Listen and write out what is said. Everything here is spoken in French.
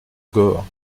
gorre